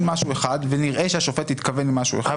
משהו אחד ונראה שהשופט התכוון למשהו אחד